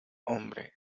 hombre